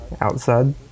outside